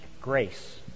grace